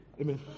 Amen